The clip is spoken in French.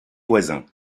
voisins